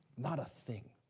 not a thing.